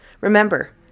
remember